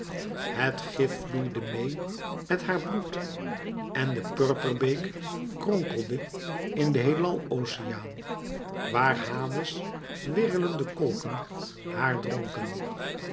het gif vloeide meê met haar bloed en de purperbeek kronkelde in den heelal oceaan waar hades wirrelende kolken haar dronken